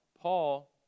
Paul